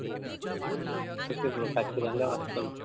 okay bro ఖచ్చితంగా వస్తాం